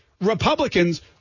Republicans